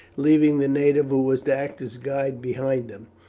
leaving the native who was to act as guide behind them.